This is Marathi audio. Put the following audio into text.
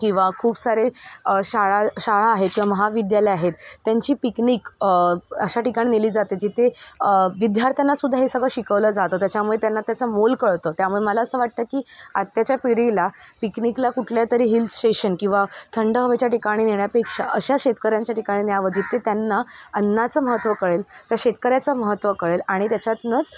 किंवा खूप सारे शाळा शाळा आहेत किंवा महाविद्यालय आहेत त्यांची पिकनिक अशा ठिकाणी नेली जाते जिते विध्यार्थ्यांनासुद्धा हे सगळं शिकवलं जातं त्याच्यामुळे त्यांना त्याचा मोल कळतं त्यामुळे मला असं वाटतं की आत्याच्या पिढीला पिकनिकला कुठल्यातरी हिल्स स्टेशन किंवा थंड हवेच्या ठिकाणी नेण्यापेक्षा अशा शेतकऱ्यांच्या ठिकाणी न्यावं जिथे त्यांना अन्नाचं महत्त्व कळेल त्या शेतकऱ्याचं महत्त्व कळेल आणि त्याच्यातनंच